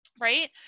right